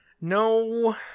No